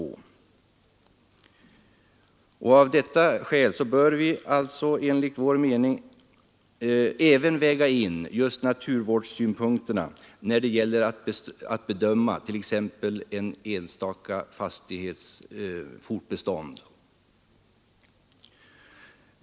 Av bl.a. detta skäl bör enligt vår mening även naturvårdssynpunkterna vägas in vid bedömningen av t.ex. en enstaka brukningsenhets fortbestånd.